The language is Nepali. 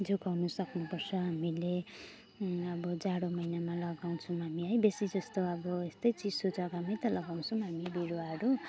जोगाउन सक्नुपर्छ हामीले अनि अब जाडो महिनामा लगाउँछौँ हामी है बेसी जस्तो अब यस्तै चिसो जग्गामै त लगाउँछौँ हामी बिरुवाहरू